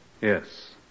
Yes